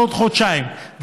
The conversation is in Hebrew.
עוד חודשיים,